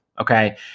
Okay